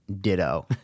ditto